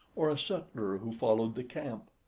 or a sutler who followed the camp.